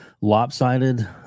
lopsided